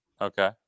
Okay